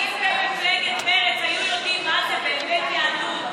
אם במפלגת בנט היו יודעים מה זה באמת יהדות.